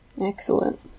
Excellent